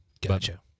Gotcha